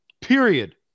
Period